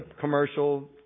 commercial